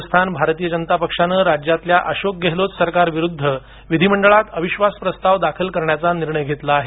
राजस्थान भारतीय जनता पक्षाने राज्यातल्या अशोक गेहेलोत सरकार विरुद्ध विधिमंडळात अविश्वास प्रस्ताव दाखल करण्याचा निर्णय घेतला आहे